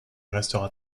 restera